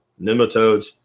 nematodes